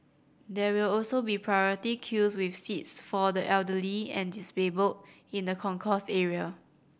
there will also be priority queues with seats for the elderly and disabled in the concourse area